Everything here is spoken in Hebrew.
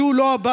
זו לא הבעיה.